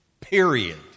Period